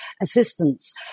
assistance